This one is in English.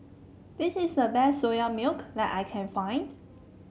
this is the best Soya Milk that I can find